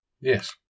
Yes